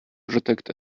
protect